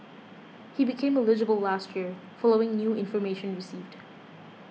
he became eligible last year following new information received